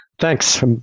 Thanks